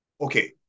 Okay